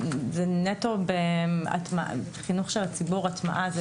זה נטו בחינוך של הציבור, הטמעה.